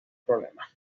problema